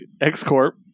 X-Corp